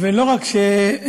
ואני לא רק תומך,